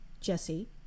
Jesse